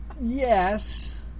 yes